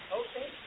okay